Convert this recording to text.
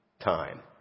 time